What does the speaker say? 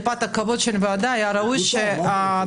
מפאת הכבוד של הוועדה היה ראוי שהאדם